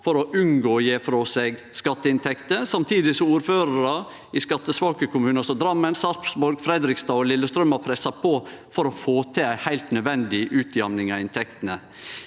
for å unngå å gje frå seg skatteinntekter, samtidig som ordførarar i skattesvake kommunar som Drammen, Sarpsborg, Fredrikstad og Lillestrøm har pressa på for å få til ei heilt nødvendig utjamning av inntektene.